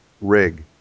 rig